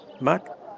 Mark